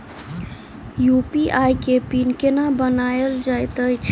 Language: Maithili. यु.पी.आई केँ पिन केना बनायल जाइत अछि